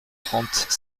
trente